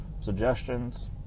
Suggestions